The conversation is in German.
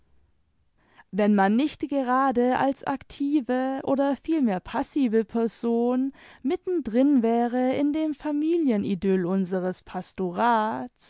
wenn man nicht gerade als aktive oder vielmehr passive person mitten drin wäre in dem familienidyll unseres pastorats